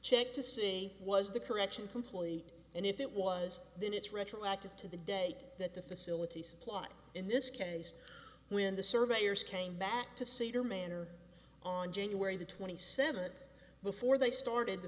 check to see was the correction complete and if it was then it's retroactive to the day that the facility supply in this case when the surveyors came back to cedar manor on january twenty seventh before they started the